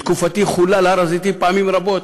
בתקופתי חולל הר-הזיתים פעמים רבות.